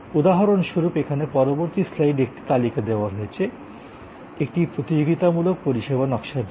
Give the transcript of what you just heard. উদাহরণস্বরূপ এখানে পরবর্তী স্লাইডে একটি তালিকা দেওয়া হয়েছে একটি প্রতিযোগিতামূলক পরিষেবা নকশার জন্য